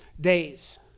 days